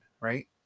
right